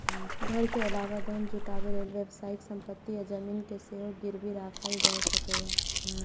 घर के अलावा धन जुटाबै लेल व्यावसायिक संपत्ति आ जमीन कें सेहो गिरबी राखल जा सकैए